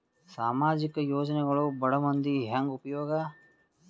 ಸಾಮಾಜಿಕ ಯೋಜನೆಗಳು ಬಡ ಮಂದಿಗೆ ಹೆಂಗ್ ಉಪಯೋಗ?